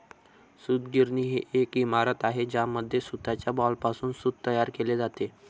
सूतगिरणी ही एक इमारत आहे ज्यामध्ये सूताच्या बॉलपासून सूत तयार केले जाते